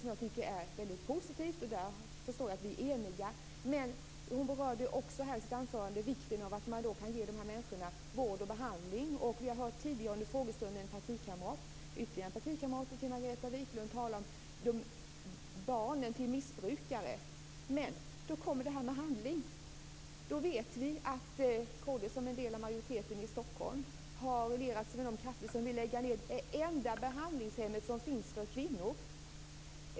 Den tycker jag är väldigt positiv, och där förstår jag att vi är eniga. Men hon berörde också i sitt anförande vikten av att man kan ge människorna vård och behandling. Vi har tidigare under frågestunden hört ytterligare partikamrater till Men då kommer vi till det här med handling. Vi vet att kd som en del av majoriteten i Stockholm har allierat sig med de krafter som vill lägga ned det enda behandlingshemmet som finns för kvinnor.